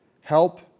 help